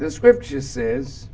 the scripture says